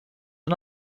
and